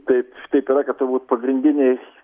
taip taip yra kad turbūt pagrindinės